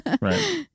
Right